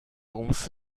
公司